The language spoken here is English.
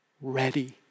ready